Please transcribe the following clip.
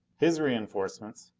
his reinforcements,